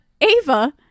Ava